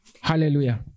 Hallelujah